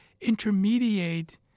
intermediate